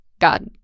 God